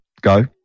Go